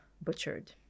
butchered